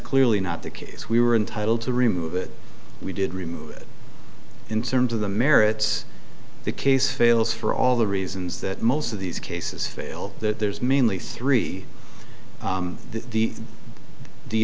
clearly not the case we were entitled to remove it we did remove it in terms of the merits of the case fails for all the reasons that most of these cases fail that there's mainly three the the